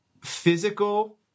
physical